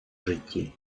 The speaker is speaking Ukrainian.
житті